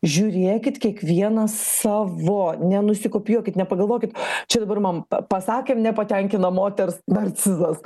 žiūrėkit kiekvienas savo nenusikopijuokit nepagalvokit čia dabar man p pasakėm nepatenkina moters narcizas